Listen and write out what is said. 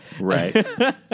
Right